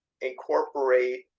incorporate